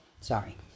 Sorry